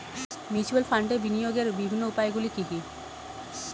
Mutual ফান্ডে বিনিয়োগের বিভিন্ন উপায়গুলি কি কি?